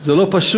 זה לא פשוט.